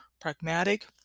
pragmatic